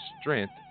strength